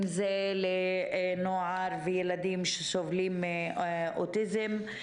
אם זה בקשר לנוער ולילדים שסובלים מאוטיזם.